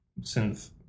synth